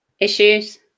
issues